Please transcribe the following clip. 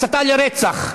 הסתה לרצח.